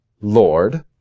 Lord